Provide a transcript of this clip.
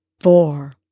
four